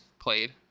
played